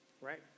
right